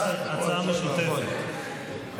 הצעה משותפת.